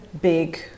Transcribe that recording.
big